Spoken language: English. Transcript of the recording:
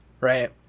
Right